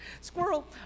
Squirrel